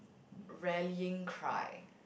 rallying cry